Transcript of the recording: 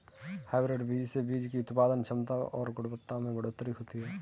hybrid बीज से बीज की उत्पादन क्षमता और गुणवत्ता में बढ़ोतरी होती है